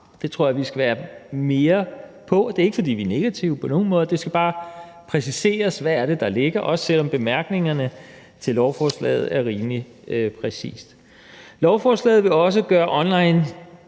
Det tror jeg vi skal være mere præcise på. Det er ikke, fordi vi på nogen måde er negative; det skal bare præciseres, hvad der ligger i det, også selv om bemærkningerne til lovforslaget er rimelig præcise. Lovforslaget vil også gøre